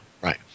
right